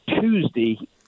Tuesday